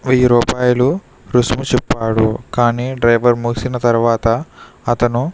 వెయ్యి రూపాయలు రుసుము చెప్పాడు కానీ డ్రైవర్ మూసిన తరువాత అతను